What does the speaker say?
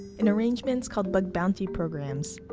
in arrangements called bug bounty programs,